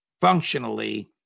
Functionally